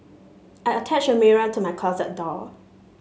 I attached a mirror to my closet door